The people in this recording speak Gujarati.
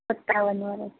સત્તાવન વર્ષ